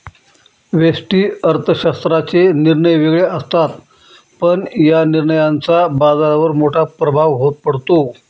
व्यष्टि अर्थशास्त्राचे निर्णय वेगळे असतात, पण या निर्णयांचा बाजारावर मोठा प्रभाव पडतो